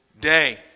day